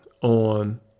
on